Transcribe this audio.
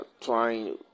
trying